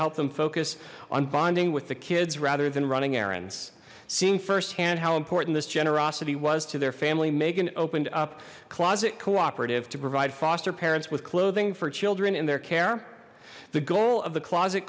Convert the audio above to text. help them focus on bonding with the kids rather than running errands seeing firsthand how important this generosity was to their family megan opened up closet cooperative to provide foster parents with clothing for children in their care the goal of the closet